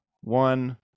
one